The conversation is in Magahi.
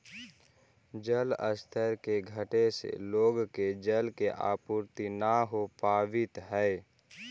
जलस्तर के घटे से लोग के जल के आपूर्ति न हो पावित हई